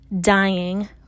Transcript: dying